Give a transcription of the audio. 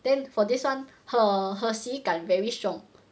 then for this one her her 喜感 very strong